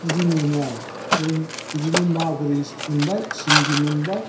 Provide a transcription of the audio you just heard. बिदि मोनो आरो ओमफ्राय बिदिनो मागुर इसे मोनबाय सिंगि मोनबाय